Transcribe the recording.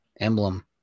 emblem